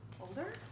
older